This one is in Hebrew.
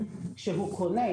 שהוא קונה,